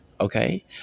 Okay